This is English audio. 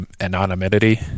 anonymity